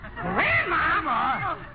Grandma